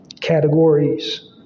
categories